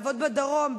לעבוד בדרום,